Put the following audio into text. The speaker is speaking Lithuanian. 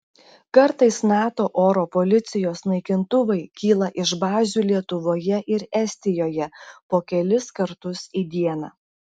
kartais nato oro policijos naikintuvai kyla iš bazių lietuvoje ir estijoje po kelis kartus į dieną